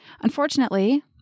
Unfortunately